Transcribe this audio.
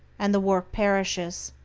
and the work perishes.